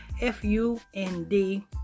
F-U-N-D